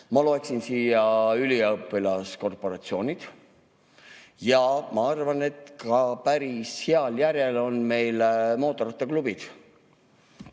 Ma loeksin siia hulka üliõpilaskorporatsioonid. Ma arvan, et päris heal järjel on meil ka mootorrattaklubid.